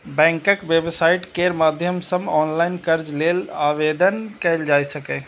बैंकक वेबसाइट केर माध्यम सं ऑनलाइन कर्ज लेल आवेदन कैल जा सकैए